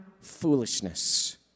foolishness